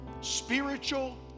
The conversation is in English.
spiritual